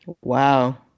Wow